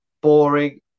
boring